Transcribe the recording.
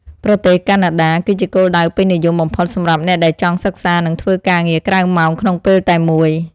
ប្រទេសកាណាដា គឺជាគោលដៅពេញនិយមបំផុតសម្រាប់អ្នកដែលចង់សិក្សានិងធ្វើការងារក្រៅម៉ោងក្នុងពេលតែមួយ។